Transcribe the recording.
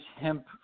hemp